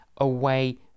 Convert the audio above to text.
away